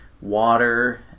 water